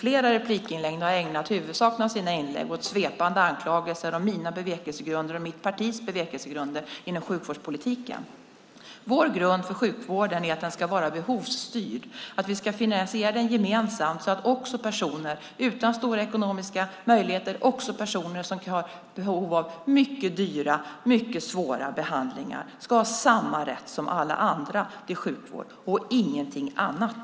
Han har använt sina inlägg åt svepande anklagelser om mina bevekelsegrunder och mitt partis bevekelsegrunder inom sjukvårdspolitiken. Vår grund för sjukvården är att den ska vara behovsstyrd, att vi ska finansiera den gemensamt så att också personer utan stora ekonomiska möjligheter eller personer i behov av mycket dyra och mycket svåra behandlingar ska ha samma rätt som alla andra till sjukvård - ingenting annat.